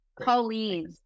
colleen